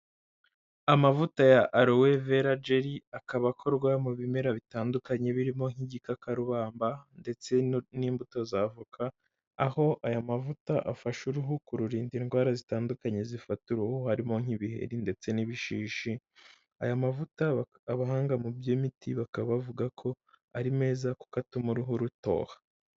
Amavuta ya alowe vera geri akaba akorwa mu bimera bitandukanye birimo nk'igikakarubamba ndetse n'imbuto za avoka, aho aya mavuta afasha uruhu kururinda indwara zitandukanye zifata uruhu harimo nk'ibiheri ndetse n'ibishishi aya mavuta abahanga mu by'imiti bakaba bavuga ko ari meza kuko atuma uruhu rutoha.